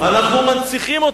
אנחנו מנציחים אותו.